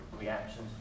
reactions